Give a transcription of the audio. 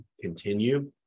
continue